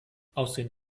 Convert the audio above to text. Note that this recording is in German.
aussehen